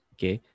Okay